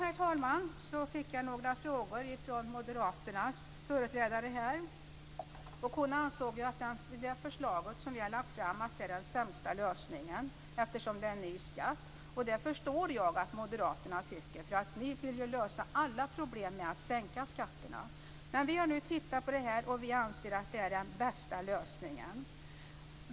Jag fick några frågor från moderaternas företrädare Marietta de Pourbaix-Lundin. Hon ansåg att det förslag som vi lagt fram är den sämsta lösningen, eftersom det innebär en ny skatt. Det förstår jag att moderaterna tycker. Ni vill ju lösa alla problem med att sänka skatterna. Men vi har nu tittat på detta och anser att det är den bästa lösningen.